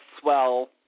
swell